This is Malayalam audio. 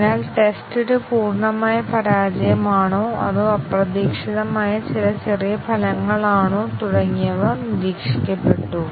അതിനാൽ ടെസ്റ്റ് ഒരു പൂർണ്ണമായ പരാജയമാണോ അതോ അപ്രതീക്ഷിതമായ ചില ചെറിയ ഫലങ്ങളാണോ തുടങ്ങിയവ നിരീക്ഷിക്കപ്പെട്ടു